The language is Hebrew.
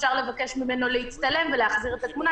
ואפשר לבקש ממנו להצטלם ולהחזיר את התמונה.